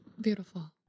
beautiful